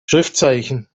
schriftzeichen